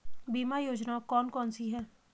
बीमा योजना कौन कौनसी हैं?